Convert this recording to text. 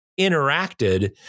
interacted